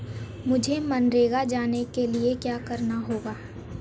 मुझे मनरेगा में जाने के लिए क्या करना होगा?